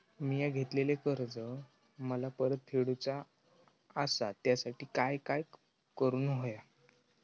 मिया घेतलेले कर्ज मला परत फेडूचा असा त्यासाठी काय काय करून होया?